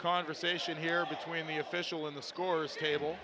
conversation here between the official in the scorer's table